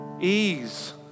Ease